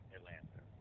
Atlanta